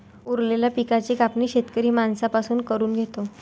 उरलेल्या पिकाची कापणी शेतकरी माणसां पासून करून घेतो